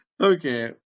Okay